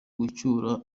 gucyura